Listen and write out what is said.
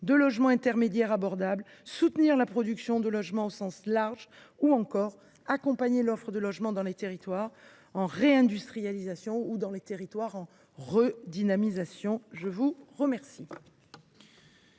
de logements intermédiaires abordables, soutenir la production de logements au sens large, ou encore accompagner l’offre de logements dans les territoires en réindustrialisation ou en redynamisation. Nous allons